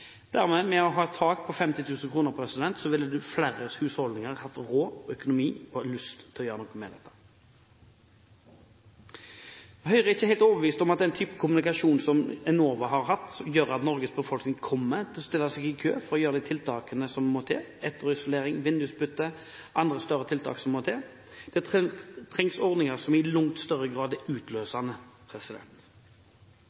å ha et tak på 50 000 kr ville dermed flere husholdninger hatt råd, økonomi og lyst til å gjøre noe med dette. Høyre er ikke helt overbevist om den type kommunikasjon som Enova har hatt, gjør at Norges befolkning kommer til å stille seg i kø for å gjøre de tiltakene som må til: etterisolering, vindusbytte og andre større tiltak. Det trengs ordninger som i langt større grad er